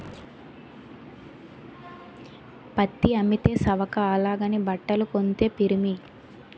పత్తి అమ్మితే సవక అలాగని బట్టలు కొంతే పిరిమి